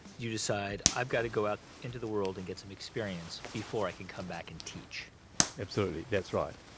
you decide, i've got to go out into the world and get some experience before i can come back and teach absolutely. that's right.